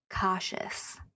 Cautious